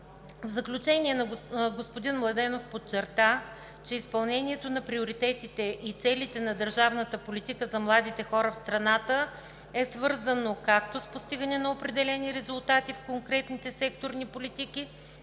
В заключение господин Младенов подчерта, че изпълнението на приоритетите и целите на държавната политика за младите хора в страната е свързано както с постигането на определени резултати в конкретните секторни политики,